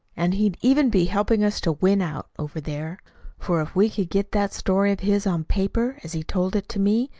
and he'd even be helping us to win out over there for if we could get that story of his on paper as he told it to me,